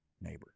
neighbor